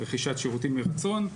רכישת שירותים מרצון.